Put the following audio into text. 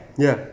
ya